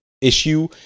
issue